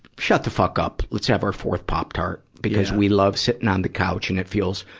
shut the fuck up. let's have our fourth pop tart, because we love sitting on the couch and it feels,